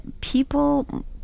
people